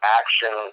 action